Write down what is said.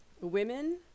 Women